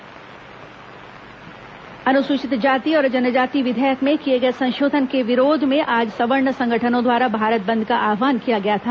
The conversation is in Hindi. भारत बंद अनुसूचित जाति और जनजाति विधेयक में किए गए संशोधन के विरोध में आज सवर्ण संगठनों द्वारा भारत बंद का आहवान किया गया था